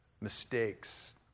mistakes